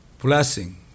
Blessing